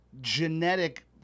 genetic